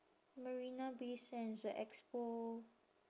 marina bay sands the expo